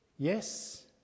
Yes